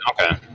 Okay